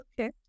Okay